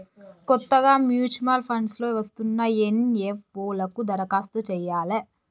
కొత్తగా mutual funds లో వస్తున్న ఎన్.ఎఫ్.ఓ లకు దరఖాస్తు చెయ్యాలే